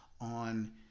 on